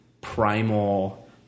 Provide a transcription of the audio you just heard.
primal